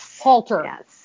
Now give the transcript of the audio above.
halter